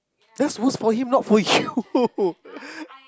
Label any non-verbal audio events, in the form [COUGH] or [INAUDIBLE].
that's worst for him not for [LAUGHS] you